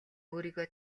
өөрийгөө